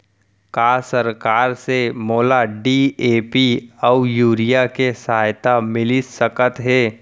का सरकार से मोला डी.ए.पी अऊ यूरिया के सहायता मिलिस सकत हे?